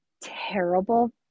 terrible